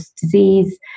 disease